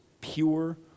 pure